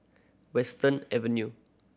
Western Avenue